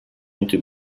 into